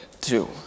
two